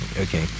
Okay